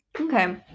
Okay